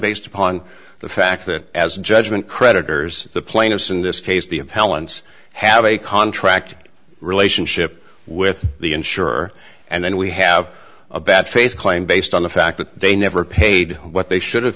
based upon the fact that as a judgment creditor's the plaintiffs in this case the appellants have a contract relationship with the insurer and then we have a bad face claim based on the fact that they never paid what they should have